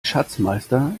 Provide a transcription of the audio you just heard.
schatzmeister